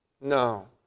No